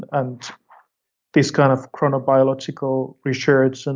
and this kind of chronobiological research, and